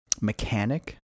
mechanic